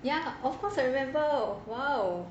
ya of course I remember !wow!